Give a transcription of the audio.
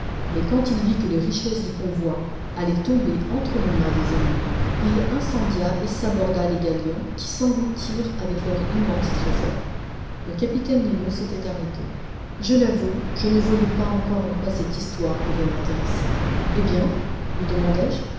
mais quand il vit que les richesses du convoi allaient tomber entre les mains des ennemis il incendia et saborda les galions qui s'engloutirent avec leurs immenses trésors le capitaine nemo s'était arrêté je l'avoue je ne voyais pas encore en quoi cette histoire pouvait m'intéresser eh bien lui demandai-je